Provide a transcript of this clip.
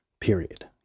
period